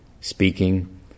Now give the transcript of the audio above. speaking